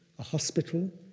a hospital.